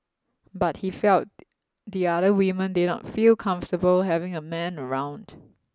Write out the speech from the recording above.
but he felt the other women did not feel comfortable having a man around